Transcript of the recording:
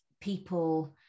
people